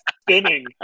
spinning